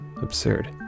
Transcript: absurd